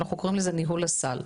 שאנחנו קוראים לזה ניהול הסל.